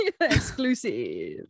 exclusive